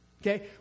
Okay